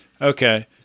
Okay